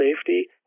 safety